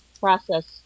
process